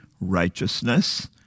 righteousness